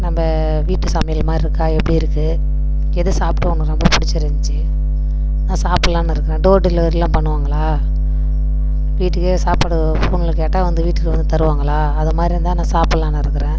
நம்ம வீட்டு சமையல் மாதிரி இருக்கா எப்படி இருக்குது எது சாப்பிட்டு உனக்கு ரொம்ப பிடிச்சிருந்துச்சி நான் சாப்பிட்லான்னு இருக்கேன் டோர் டெலிவரிலாம் பண்ணுவாங்களா வீட்டுக்கே சாப்பாடு ஃபோனில் கேட்டால் வந்து வீட்டில் வந்து தருவாங்களா அதை மாதிரி இருந்தால் நான் சாப்பிட்லான்னு இருக்குறேன்